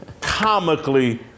comically